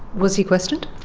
was he questioned?